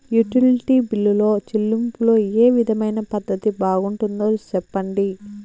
Utility బిల్లులో చెల్లింపులో ఏ విధమైన పద్దతి బాగుంటుందో సెప్పండి?